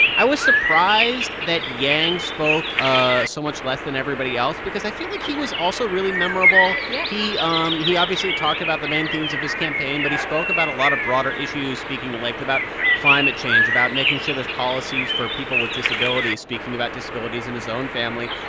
i was surprised that yang spoke ah so much less than everybody else because i feel like he was also really memorable yeah he um he obviously talked about the main themes of his campaign. but he spoke about a lot of broader issues, speaking at and length about climate change, about making sure there's policies for people with disabilities, speaking about disabilities in his own family.